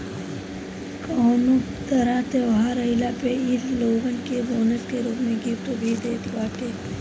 कवनो तर त्यौहार आईला पे इ लोगन के बोनस के रूप में गिफ्ट भी देत बाटे